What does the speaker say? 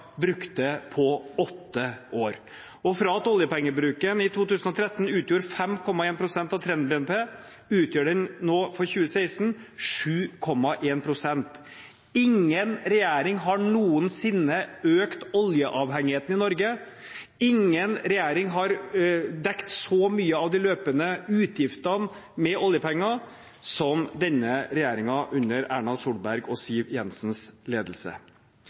brukte på åtte år. Fra at oljepengebruken i 2013 utgjorde 5,1 pst. av trend-BNP, utgjør den for 2016 7,1 pst. Ingen regjering har noensinne økt oljeavhengigheten i Norge – ingen regjering har dekket så mye av de løpende utgiftene med oljepenger – som denne regjeringen, under Erna Solberg og Siv Jensens ledelse.